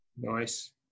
nice